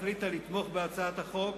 החליטה לתמוך בהצעת החוק,